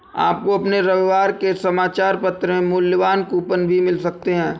आपको अपने रविवार के समाचार पत्र में मूल्यवान कूपन भी मिल सकते हैं